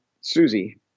Susie